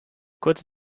kurze